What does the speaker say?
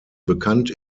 bekannt